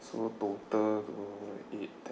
so total eight ten